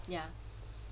ya